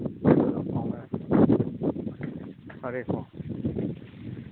ꯑꯗꯨꯒ ꯐꯥꯎꯅꯔꯁꯤ ꯐꯔꯦꯀꯣ